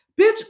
bitch